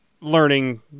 learning